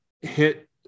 hit